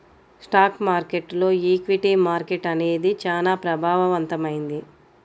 stock మార్కెట్టులో equity market అనేది చానా ప్రభావవంతమైంది